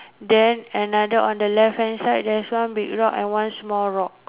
then another on the left hand side got one big rock and one small rock